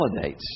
validates